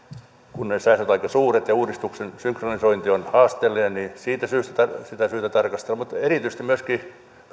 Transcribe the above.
kun ne säästöt ovat aika suuret ja uudistuksen synkronisointi on haasteellinen siitä syystä sitä on syytä tarkastella mutta erityisesti myöskin vähän